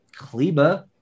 Kleba